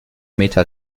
meter